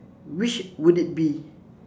which would it be